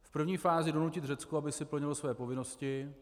V první fázi donutit Řecko, aby plnilo své povinnosti.